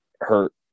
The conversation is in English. hurt